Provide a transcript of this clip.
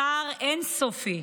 צער אין-סופי.